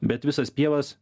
bet visas pievas